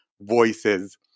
voices